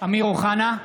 אמיר אוחנה,